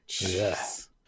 yes